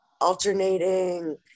alternating